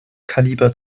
kaliber